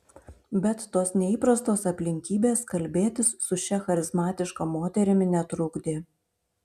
bet tos neįprastos aplinkybės kalbėtis su šia charizmatiška moterimi netrukdė